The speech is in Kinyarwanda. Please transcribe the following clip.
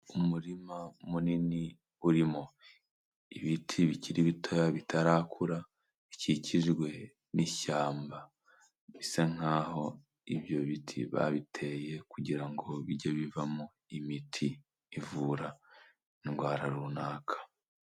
Umurima munini urimo ibiti bikiri bitoya bitarakura bikikijwe n'ishyamba, bisa nk'aho ibyo biti babiteye kugira ngo bijye bivamo imiti ivura indwara runaka.